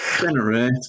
Generate